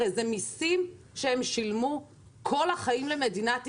הרי זה מיסים שהם שילמו כל החיים למדינת ישראל.